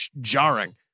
jarring